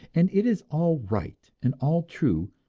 and it is all right and all true,